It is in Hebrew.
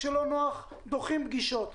כשלא נוח דוחים פגישות.